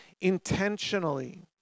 intentionally